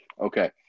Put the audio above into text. Okay